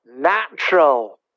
Natural